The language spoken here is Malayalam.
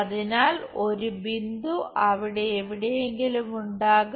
അതിനാൽ ഒരു ബിന്ദു അവിടെ എവിടെയെങ്കിലും ഉണ്ടാകും